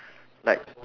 like